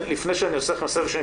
לפני שאני עושה סבב שני,